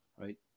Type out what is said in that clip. right